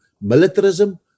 Militarism